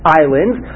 islands